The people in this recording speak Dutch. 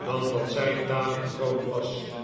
dan dat zij tamelijk groot was